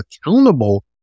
accountable